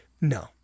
No